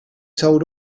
told